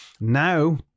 Now